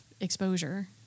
exposure